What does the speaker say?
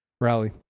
rally